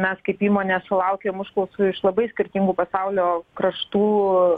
mes kaip įmonė sulaukėm užklausų iš labai skirtingų pasaulio kraštų